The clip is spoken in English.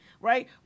right